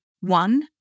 one